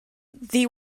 ddi